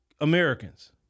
Americans